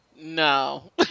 no